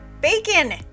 bacon